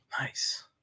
Nice